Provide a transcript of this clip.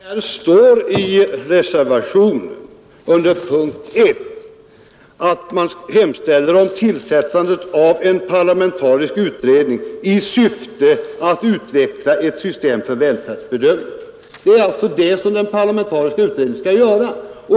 Herr talman! Här står i reservationen under punkten 1 att man hemställer ”om tillsättande av en parlamentarisk utredning i syfte att utveckla ett system för välfärdsbedömningar”. Det är alltså det som den parlamentariska utredningen skall göra.